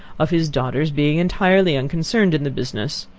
of his daughter's being entirely unconcerned in the business.